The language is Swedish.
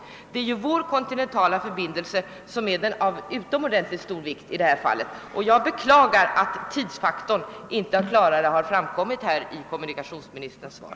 Det är våra kontinentala förbindelser som är av utomordentligt stor vikt i det här fallet. Jag beklagar att tidsfaktorn inte klarare framkommit i kommunikationsministerns svar.